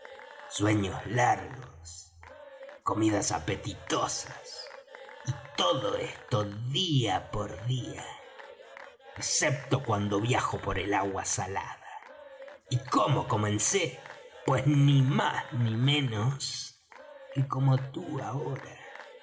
sueños largos comidas apetitosas y todo esto día por día excepto cuando viajo por el agua salada y cómo comencé pues ni más ni menos que como tú ahora